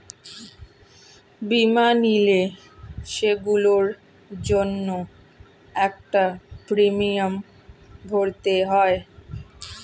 বীমা নিলে, সেগুলোর জন্য একটা প্রিমিয়াম ভরতে হয়